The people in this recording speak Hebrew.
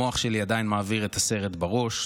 המוח שלי עדיין מעביר את הסרט בראש.